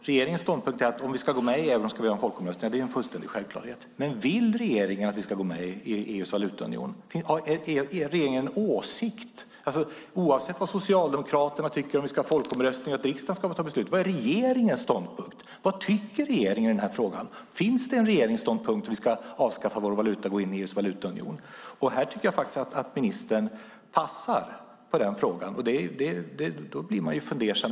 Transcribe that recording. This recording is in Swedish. Regeringens ståndpunkt är att om vi ska ansluta oss till euron ska vi ha en folkomröstning. Ja, det är ju fullständigt självklart. Men vill regeringen att vi ska gå med i EU:s valutaunion? Har regeringen någon åsikt om det? Oavsett vad Socialdemokraterna tycker om vi ska ha en folkomröstning eller om riksdagen ska ta beslut undrar jag: Vad är regeringens ståndpunkt? Vad tycker regeringen i denna fråga? Finns det en regeringsståndpunkt om att vi ska avskaffa vår valuta och gå in i EU:s valutaunion? Här tycker jag faktiskt att ministern passar i den frågan. Då blir man fundersam.